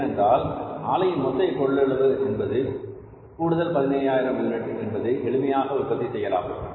ஏனென்றால் ஆலையின் மொத்த கொள்ளளவு என்பது கூடுதல் 15000 யூனிட் என்பது எளிமையாக உற்பத்தி செய்யலாம்